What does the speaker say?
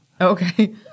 Okay